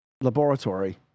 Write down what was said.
laboratory